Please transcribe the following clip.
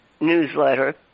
newsletter